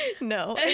No